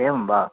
एवं वा